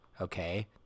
okay